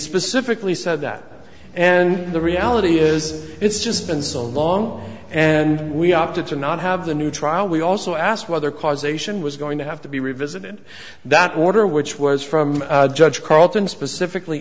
specifically said that and the reality is it's just been so long and we opted to not have the new trial we also asked whether causation was going to have to be revisited that order which was from judge carleton specifically